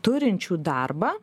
turinčių darbą